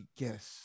guess